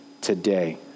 today